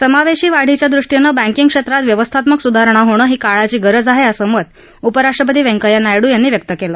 समावेशी वाढीच्या दृष्टीनं बँकींग क्षेत्रात व्यवस्थात्मक सुधारणा होणं ही काळाची गरज आहे असं मत उपराष्ट्रपती वेंकय्या नायडू यांनी व्यक्त केलं